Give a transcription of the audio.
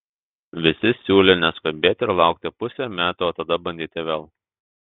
visi siūlė neskubėti ir laukti pusė metų o tada bandyti vėl